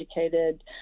educated